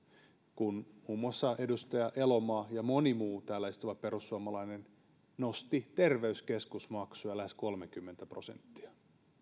kun muun muassa edustaja elomaa ja moni muu täällä istuva perussuomalainen nosti terveyskeskusmaksuja lähes kolmekymmentä prosenttia